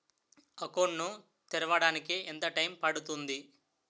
Account ను తెరవడానికి ఎంత టైమ్ పడుతుంది?